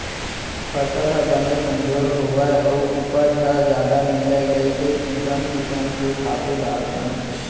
फसल ह बने संजोर होवय अउ उपज ह जादा मिलय कइके किसम किसम के खातू डारथन